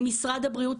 עם משרד הבריאות,